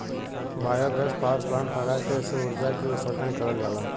biogas power plant लगा के एसे उर्जा के उत्सर्जन करल जाला